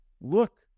Look